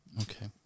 Okay